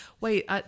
Wait